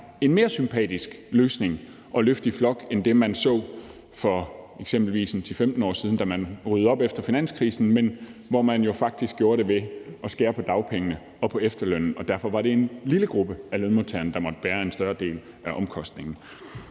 en mere sympatisk løsning at løfte i flok end det, man så for eksempelvis 10-15 år siden, da man ryddede op efter finanskrisen, men hvor man jo faktisk gjorde det ved at skære på dagpengene og på efterlønnen, og derfor var det en lille gruppe af lønmodtagerne, der måtte bære en større del af omkostningerne.